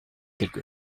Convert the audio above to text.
quelque